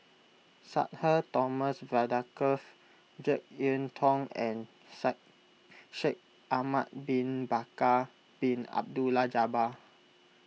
Sudhir Thomas Vadaketh Jek Yeun Thong and Shaikh Ahmad Bin Bakar Bin Abdullah Jabbar